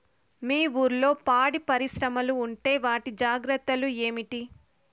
మీ ఊర్లలో పాడి పరిశ్రమలు ఉంటే వాటి జాగ్రత్తలు ఏమిటి